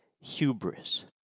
hubris